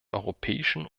europäischen